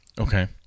Okay